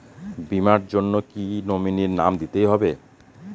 বীমার জন্য কি নমিনীর নাম দিতেই হবে?